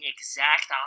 exact